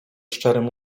szczerym